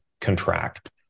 contract